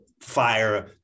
fire